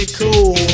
cool